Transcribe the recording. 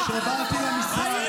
הם חיים בין הריסות.